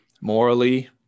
Morally